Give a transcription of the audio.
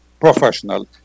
professional